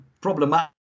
problematic